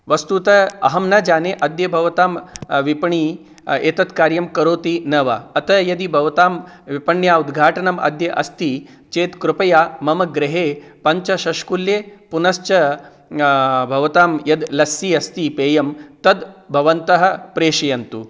वस्तुतः अहं न जाने अद्य भवतां विपणिः एतत् कार्यं करोति न वा अतः यदि भवतां विपण्या उद्घाटनं अद्य अस्ति चेत् कृपया मम गृहे पञ्च शष्कुल्ये पुनश्च भवतां यद् लस्सी अस्ति पेयं तद् भवन्तः प्रेषयन्तु